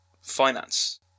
finance